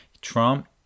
trump